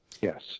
Yes